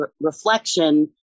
reflection